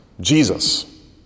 jesus